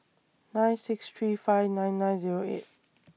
nine six three five nine nine Zero eight